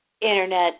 Internet